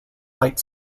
fight